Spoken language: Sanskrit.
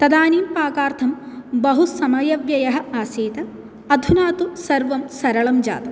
तदानिं पाकार्थं बहु समयव्ययः आसीत् अधुना तु सर्वं सरलं जातम्